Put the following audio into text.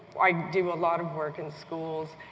i do a lot of work in schools,